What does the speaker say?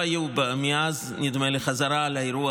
נדמה לי שמאז לא הייתה חזרה על האירוע